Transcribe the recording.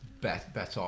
better